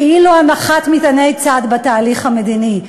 כאילו הנחת מטעני צד בתהליך המדיני.